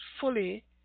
fully